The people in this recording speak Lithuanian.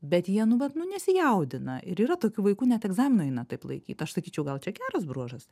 bet jie nu va nu nesijaudina ir yra tokių vaikų net egzamino eina taip laikyt aš sakyčiau gal čia geras bruožas